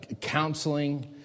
counseling